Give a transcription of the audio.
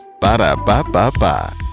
Ba-da-ba-ba-ba